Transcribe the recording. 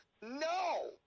no